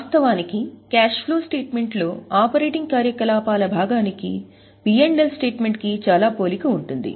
వాస్తవానికి cash flow statement లో operating కార్యకలాపాల భాగానికి పి ఎల్ స్టేట్మెంట్ కి చాలా పోలిక ఉంటుంది